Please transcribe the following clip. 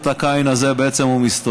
עם אות הקין הזאות בעצם הוא מסתובב.